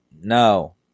No